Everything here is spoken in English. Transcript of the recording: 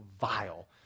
vile